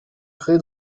gré